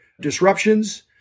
disruptions